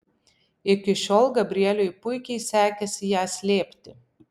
iki šiol gabrieliui puikiai sekėsi ją slėpti